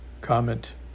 comment